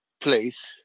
place